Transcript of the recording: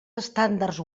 estàndards